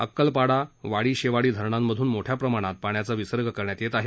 अक्कलपाडा वाडीशेवाडी धरणांमधून मोठ्या प्रमाणात पाण्याचा विसर्ग करण्यात येत आहे